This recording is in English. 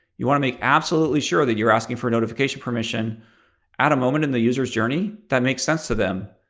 you want to make absolutely sure that you're asking for notification permission at a moment in the user's journey that makes sense to them.